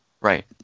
Right